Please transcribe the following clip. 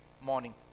morning